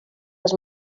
els